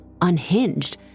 unhinged